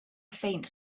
faint